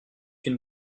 une